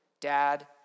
Dad